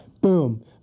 Boom